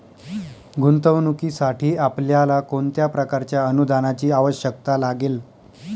गुंतवणुकीसाठी आपल्याला कोणत्या प्रकारच्या अनुदानाची आवश्यकता लागेल?